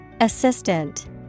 Assistant